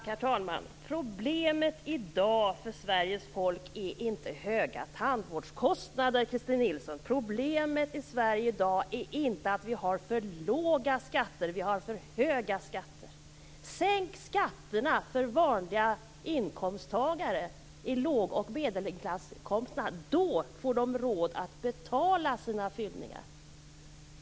Herr talman! Problemet i dag för Sveriges folk är inte höga tandvårdskostnader, Christin Nilsson. Problemet i Sverige i dag är inte att vi har för låga skatter. Vi har för höga skatter. Sänk skatterna för vanliga inkomsttagare i låg och medelinkomstklasserna! Då får de råd att betala sina fyllningar.